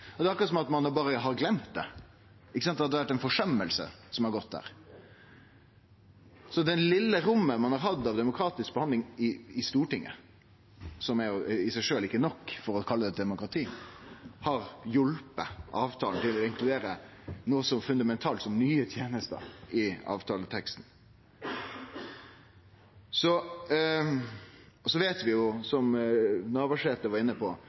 Det er akkurat som om ein berre har gløymt det, at det er ei forsøming. Så det vesle rommet ein har hatt av demokratisk behandling i Stortinget, som i seg sjølv ikkje er nok for å kunne kalle det eit demokrati, har hjelpt avtalen til å inkludere noko så fundamentalt som nye tenester i avtaleteksten. Som representanten Navarsete var inne på, veit vi